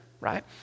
Right